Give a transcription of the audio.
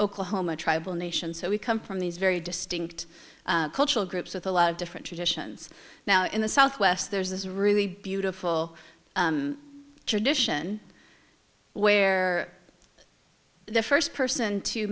home a tribal nation so we come from these very distinct cultural groups with a lot of different traditions now in the southwest there's this really beautiful tradition where the first person to